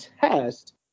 test